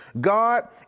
God